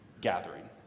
gathering